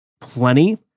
plenty